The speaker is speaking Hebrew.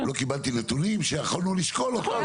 לא קיבלנו נתונים שיכולנו לשקול אותם.